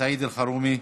סעיד אלחרומי,